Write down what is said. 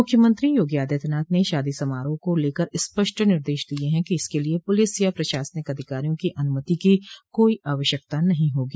मुख्यमंत्री योगी आदित्यनाथ ने शादी समारोह को लेकर स्पष्ट निर्देश दिये हैं कि इसके लिये पुलिस या प्रशासनिक अधिकारियों की अनुमति की कोई आवश्यकता नहीं होगी